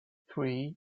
three